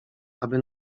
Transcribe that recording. aby